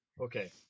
okay